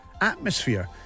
atmosphere